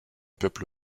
peuples